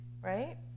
right